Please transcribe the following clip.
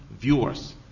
viewers